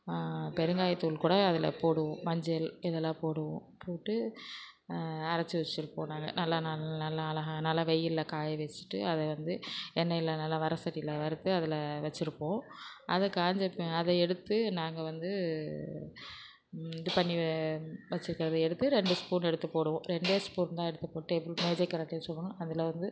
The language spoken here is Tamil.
பெருங்காயத்தூள் கூட அதில் போடுவோம் மஞ்சள் இதெல்லாம் போடுவோம் போட்டு அரைச்சி வச்சுருப்போம் நாங்கள் நல்லா நல் நல்லா அழகா நல்லா வெயிலில் காய வச்சிட்டு அதை வந்து எண்ணெய்யில நல்ல வடைசட்டில வறுத்து அதில் வச்சுருப்போம் அது காஞ்ச அதை எடுத்து நாங்கள் வந்து இது பண்ணி வச்சிருக்கறதை எடுத்து ரெண்டு ஸ்பூன் எடுத்துப் போடுவோம் ரெண்டே ஸ்பூன் தான் எடுத்துப் போட்டு மேஜைக் கரண்டி வச்சுருப்போம் அதில் வந்து